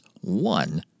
One